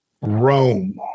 Rome